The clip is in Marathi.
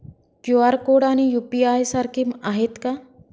क्यू.आर कोड आणि यू.पी.आय सारखे आहेत का?